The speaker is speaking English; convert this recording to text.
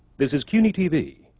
this is cuny-tv,